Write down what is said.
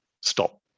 stop